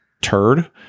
turd